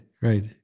right